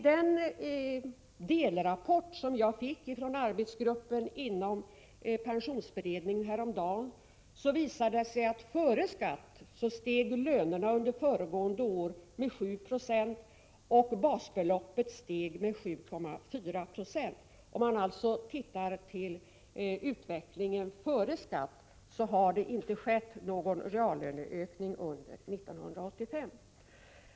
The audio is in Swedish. Den delrapport som jag häromdagen fick från arbetsgruppen inom pensionsberedningen visar att när det gäller beloppet före skatt steg lönerna under föregående år med 7 96 och basbeloppet med 7,4 70. Om man alltså ser till utvecklingen före skatt finner man att det inte skett någon reallöneökning under 1985.